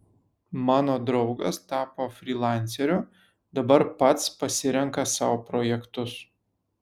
mano draugas tapo frylanceriu dabar pats pasirenka sau projektus